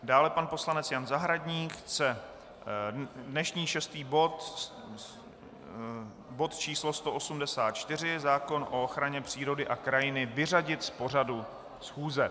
Dále pan poslanec Jan Zahradník chce dnešní šestý bod, bod číslo 184, zákon o ochraně přírody a krajiny, vyřadit z pořadu schůze.